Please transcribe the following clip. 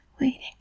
waiting